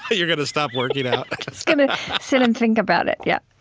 but you're going to stop working out? just going to sit and think about it, yeah.